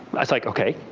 i was like ok.